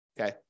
Okay